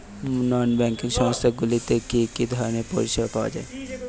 নন banking সংস্থা গুলিতে কি কি ধরনের পরিসেবা পাওয়া য়ায়?